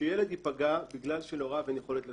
שילד יפגע בגלל שלהוריו אין יכולת לשלם.